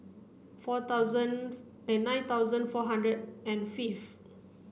four thousand and nine thousand four hundred and fifth